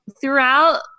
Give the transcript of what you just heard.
throughout